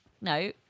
No